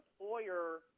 employer